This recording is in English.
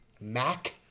Mac